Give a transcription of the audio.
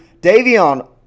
Davion